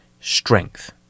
strength